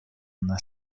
una